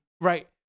right